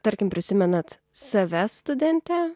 tarkim prisimenat save studentę